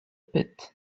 pit